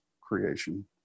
creation